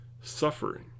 suffering